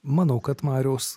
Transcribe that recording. manau kad mariaus